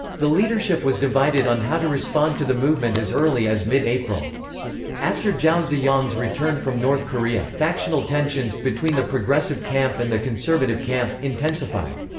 the leadership was divided on how to respond to the movement as early as mid-april. after zhao ziyang's return from north korea, factional tensions, between the progressive camp and the conservative camp, intensified.